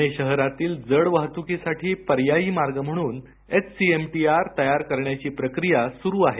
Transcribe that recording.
पुणे शहरातील जड वाहतुकीसाठी पर्यायी मार्ग म्हणून एचसीएमटीआर तयार करण्याची प्रक्रिया सुरू आहे